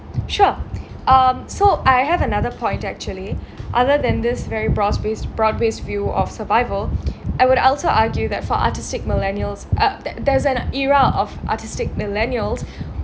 sure um so I have another point actually other than this very broad based broad based view of survival I would also argue that for artistic millennials err th~ there's an era of artistic millennials